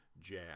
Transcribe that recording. jab